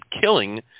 killing